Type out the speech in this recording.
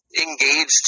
engaged